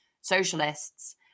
socialists